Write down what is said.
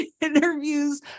interviews